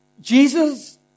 Jesus